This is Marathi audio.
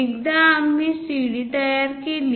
एकदा आम्ही CD तयार केली